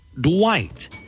Dwight